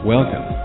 Welcome